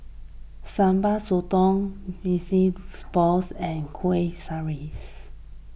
Sambal Sotong Sesame Balls and Kuih Rengas